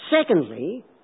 Secondly